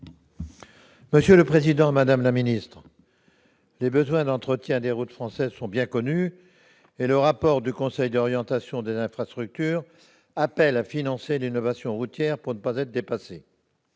Monsieur le président, madame la ministre, mes chers collègues, les besoins en matière d'entretien des routes françaises sont bien connus et le rapport du Conseil d'orientation des infrastructures appelle à financer l'innovation routière pour ne pas être dépassé.